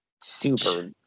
super